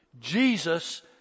Jesus